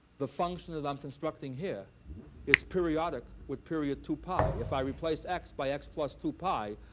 the function is i'm constructing here is periodic with period two pi. if i replace x by x plus two pi,